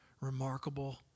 remarkable